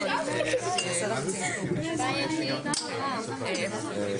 11:00.